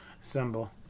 symbol